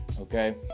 Okay